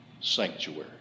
sanctuary